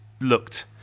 looked